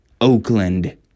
Oakland